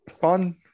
fun